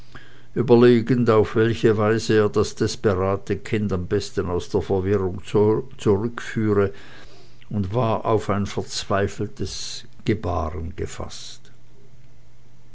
überlegend auf welche weise er das desperate kind am besten aus der verirrung zurückführe und war auf ein verzweifeltes gebaren gefaßt